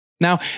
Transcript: Now